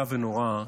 ונוראה,